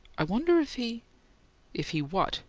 i wonder if he if he what?